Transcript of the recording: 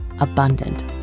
abundant